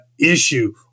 issue